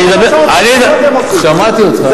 שמעתי אותך.